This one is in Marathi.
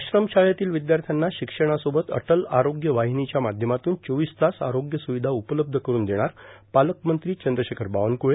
आश्रम शाळेतील र्वाद्याथ्याना र्शिक्षणासोबत अटल आरोग्य वर्वाहनीच्या माध्यमातून चोवीस तास आरोग्य र्स्रावधा उपलब्ध करुन देणार पालकमंत्री चंद्रशेखर बावनकुळे